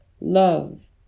Love